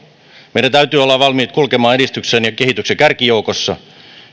meidän täytyy olla valmiit kulkemaan edistyksen ja kehityksen kärkijoukossa